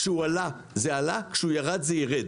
כשהוא עלה, זה עלה; כשהוא ירד, זה ירד.